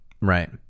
Right